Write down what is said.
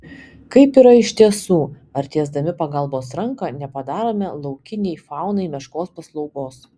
kaip yra iš tiesų ar tiesdami pagalbos ranką nepadarome laukiniai faunai meškos paslaugos